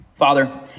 Father